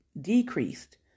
decreased